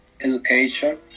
education